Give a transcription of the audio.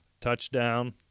touchdown